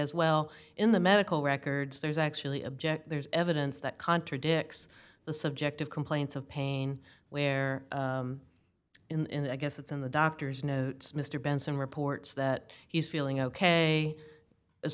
is well in the medical records there's actually object there's evidence that contradicts the subjective complaints of pain where in the i guess it's in the doctor's notes mr benson reports that he's feeling ok as